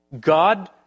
God